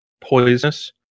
poisonous